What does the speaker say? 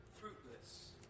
fruitless